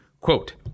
Quote